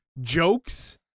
jokes